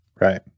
Right